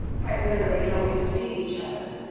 quite literally how we see each other,